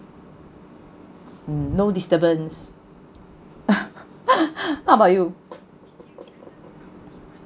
no disturbance how about you